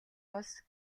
улс